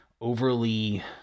overly